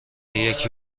یکی